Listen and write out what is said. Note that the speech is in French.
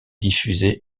diffusé